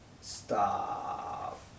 stop